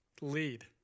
lead